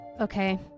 Okay